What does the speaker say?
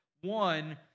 One